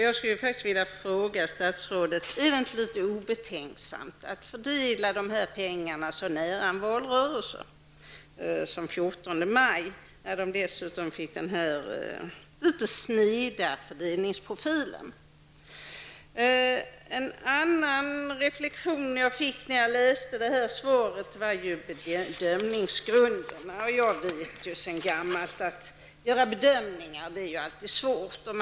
Jag skulle faktiskt vilja fråga statsrådet: Är det inte litet obetänksamt att fördela de här pengarna så nära en valrörelse som den 14 maj, i synnerhet som det blev den här litet sneda fördelningsprofilen? En annan reflexion som jag gjorde när jag läste svaret gäller bedömningsgrunderna. Jag vet sedan gammalt att det alltid är svårt att göra bedömningar.